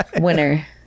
Winner